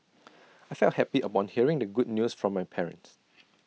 I felt happy upon hearing the good news from my parents